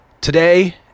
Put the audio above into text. Today